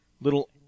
little